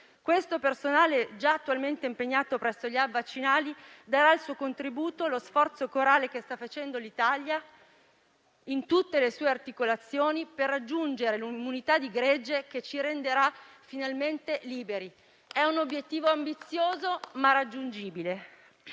Questo personale, già attualmente impegnato presso gli *hub* vaccinali, darà il suo contributo allo sforzo corale che sta facendo l'Italia in tutte le sue articolazioni per raggiungere l'immunità di gregge che ci renderà finalmente liberi. Si tratta di un obiettivo ambizioso, ma raggiungibile.